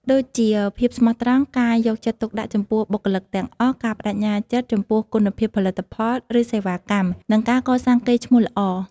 ដូចជា ភាពស្មោះត្រង់ ការយកចិត្តទុកដាក់ចំពោះបុគ្គលិកទាំងអស់ ការប្តេជ្ញាចិត្តចំពោះគុណភាពផលិតផល ឬសេវាកម្ម និងការកសាងកេរ្តិ៍ឈ្មោះល្អ។